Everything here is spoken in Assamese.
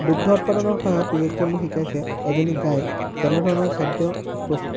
দুগ্ধ উৎপাদনৰ সহায়ত প্ৰযুক্তিয়ে মোক শিকাইছে এজনী গাইক কেনেধৰণৰ খাদ্য প্ৰচ